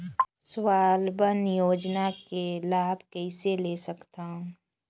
स्वावलंबन योजना के लाभ कइसे ले सकथव?